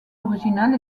originale